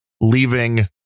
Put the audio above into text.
leaving